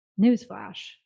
Newsflash